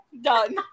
Done